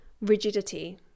rigidity